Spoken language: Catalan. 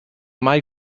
mai